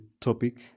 topic